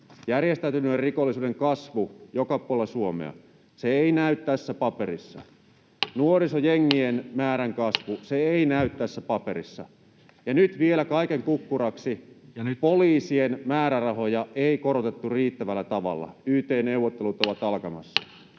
järjestäytyneen rikollisuuden kasvu joka puolella Suomea, se ei näy tässä paperissa. Nuorisojengien määrän kasvu, se ei näy tässä paperissa. Ja nyt vielä kaiken kukkuraksi poliisien määrärahoja ei korotettu riittävällä tavalla. Yt-neuvottelut [Puhemies